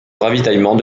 ravitaillement